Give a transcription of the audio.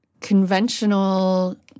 conventional